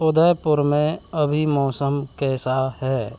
उदयपुर में अभी मौसम कैसा है